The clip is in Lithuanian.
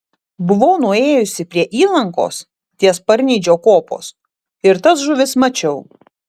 buvau nuėjusi prie įlankos ties parnidžio kopos ir tas žuvis mačiau